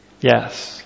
Yes